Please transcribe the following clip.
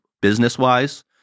business-wise